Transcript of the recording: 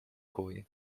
kooi